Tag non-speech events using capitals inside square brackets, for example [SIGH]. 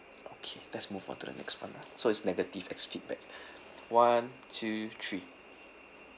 okay let's move on to the next one ah so it's negative ex~ feedback [BREATH] one two three